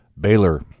Baylor